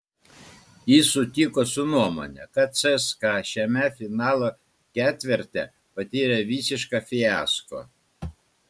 jis sutiko su nuomone kad cska šiame finalo ketverte patyrė visišką fiasko